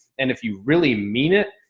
and if you really mean it,